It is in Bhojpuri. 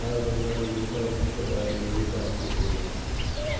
बिहार बंगाल उड़ीसा आउर दूसर राज में में बांस खूब होला